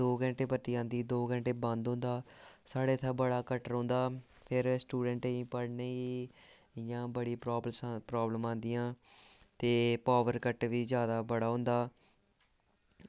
दौ घैंटे बत्ती आंदी दौ घैंटे बंद होंदा साढ़े इत्थें बड़ा कट रौंह्दा फिर स्टूडेंटें गी पढ़नै गी इं'या बड़ी प्रॉब्लमां आंदियां ते पॉवर कट बी जादा बड़ा होंदा